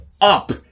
up